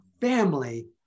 family